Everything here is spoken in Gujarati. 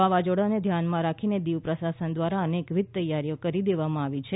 વાવાઝોડાને ધ્યાને રાખી દીવ પ્રશાસન દ્વારા અનેકવિધ તૈયારીઓ કરી દેવામાં આવી છે